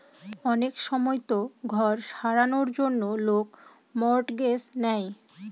অনেক সময়তো ঘর সারানোর জন্য লোক মর্টগেজ নেয়